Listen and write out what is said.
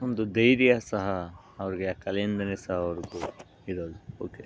ಒಂದು ಧೈರ್ಯ ಸಹ ಅವ್ರಿಗೆ ಆ ಕಲೆಯಿಂದಲೇ ಸಹ ಅವರದ್ದು ಇರೋದು ಓಕೆ